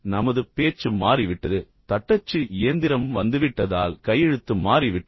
நமது பேச்சு மாறிவிட்டது தட்டச்சு இயந்திரம் வந்து விட்டதால் கையெழுத்து மாறிவிட்டது